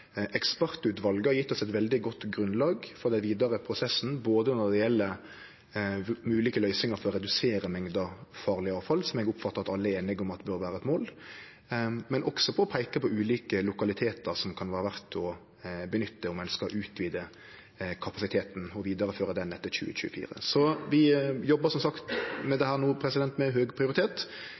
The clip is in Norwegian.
Ekspertutvalet har gjeve oss eit veldig godt grunnlag for den vidare prosessen, både gjennom ulike løysingar for å redusere mengda farleg avfall, som eg oppfattar at alle er einige om at bør vere eit mål, og ved å peike på ulike lokalitetar som kan vere verde å nytte om ein skal utvide kapasiteten og vidareføre han etter 2024. Vi jobbar som sagt med dette no med høg prioritet,